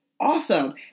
awesome